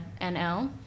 NL